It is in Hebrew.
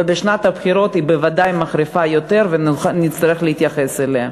ובשנת הבחירות היא בוודאי מחריפה ונצטרך להתייחס אליה.